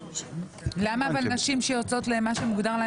אבל למה נשים שיוצאות למה שמוגדר להן